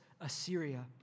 Assyria